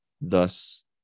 Thus